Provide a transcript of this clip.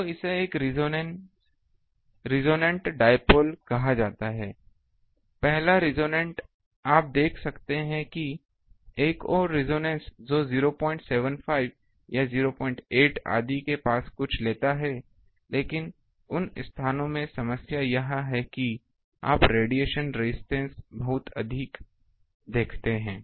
तो इसे एक रेसोनेन्ट डाइपोल कहा जाता है पहला रेसोनेन्ट आप देख सकते हैं कि एक और रेजोनेंस जो 075 या 08 आदि के पास कुछ लेता है लेकिन उन स्थानों में समस्या यह है कि आप रेडिएशन रेजिस्टेंस बहुत अधिक देखते हैं